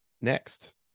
next